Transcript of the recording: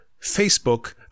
Facebook